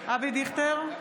אבי דיכטר,